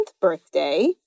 birthday